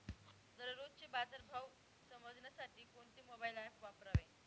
दररोजचे बाजार भाव समजण्यासाठी कोणते मोबाईल ॲप वापरावे?